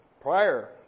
prior